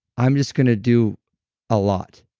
i'm just going to do a lot.